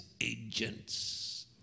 agents